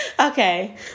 Okay